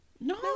No